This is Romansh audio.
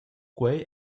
quei